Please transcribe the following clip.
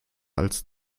als